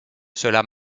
cela